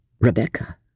Rebecca